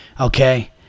okay